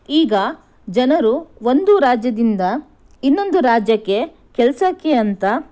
ಈಗ ಜನರು ಒಂದು ರಾಜ್ಯದಿಂದ ಇನ್ನೊಂದು ರಾಜ್ಯಕ್ಕೆ ಕೆಲಸಕ್ಕೆ ಅಂತ